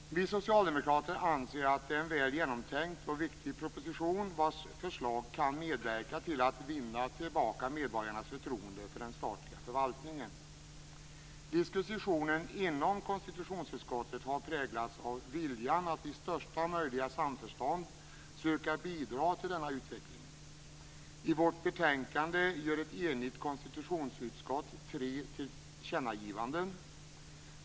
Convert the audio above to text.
Vi socialdemokrater anser att det här är en väl genomtänkt och viktig proposition vars förslag kan medverka till att vinna tillbaka medborgarnas förtroende för den statliga förvaltningen. Diskussionen inom konstitutionsutskottet har präglats av viljan att i största möjliga samförstånd söka bidra till denna utveckling. I betänkandet gör ett enigt konstitutionsutskott tre tillkännagivanden.